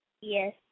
Yes